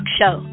show